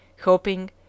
hoping